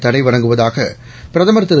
தலைவணங்குவதாக பிரதமர் திரு